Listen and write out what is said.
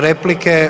Replike.